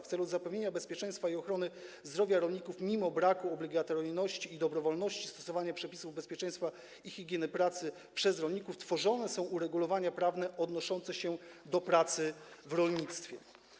W celu zapewnienia bezpieczeństwa i ochrony zdrowia rolników mimo braku obligatoryjności, mimo dobrowolności stosowania przepisów z zakresu bezpieczeństwa i higieny pracy przez rolników tworzone są uregulowania prawne odnoszące się do pracy w rolnictwie.